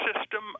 system